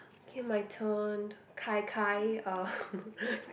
okay my turn gai gai uh